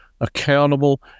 accountable